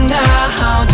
now